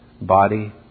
body